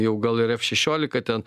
jau gal ir ef šešiolika ten